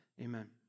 Amen